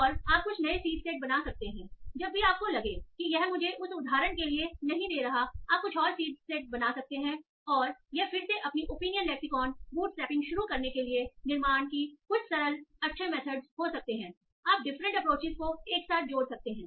और आप कुछ नए सीड सेट बना सकते हैं जब भी आपको लगे कि यह मुझे उस उदाहरण के लिए नहीं दे रहा है आप कुछ और सीड सेट बना सकते हैं और यह फिर से अपनी ओपिनियन लेक्सीकौन बूटस्ट्रैपिंग शुरू करने के लिए निर्माण की कुछ सरल अच्छा मेथड हो सकता है आप डिफरेंट अप्रोचिस को एक साथ जोड़ सकते हैं